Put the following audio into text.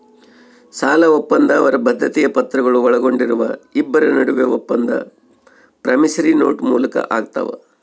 ಸಾಲಒಪ್ಪಂದ ಅವರ ಬದ್ಧತೆಯ ಪತ್ರಗಳು ಒಳಗೊಂಡಿರುವ ಇಬ್ಬರ ನಡುವೆ ಒಪ್ಪಂದ ಪ್ರಾಮಿಸರಿ ನೋಟ್ ಮೂಲಕ ಆಗ್ತಾವ